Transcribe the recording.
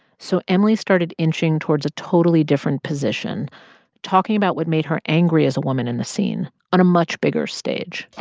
so emily started inching towards a totally different position talking about what made her angry as a woman in a scene on a much bigger stage